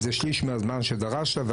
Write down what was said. זה שליש מהזמן שדרשת.